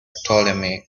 ptolemy